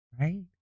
right